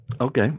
Okay